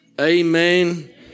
Amen